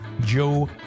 Joe